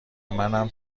منم